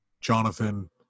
Jonathan